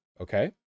okay